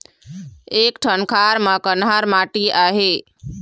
एक ठन खार म कन्हार माटी आहे?